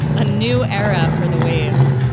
a new era for the waves.